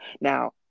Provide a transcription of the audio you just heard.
Now